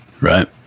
right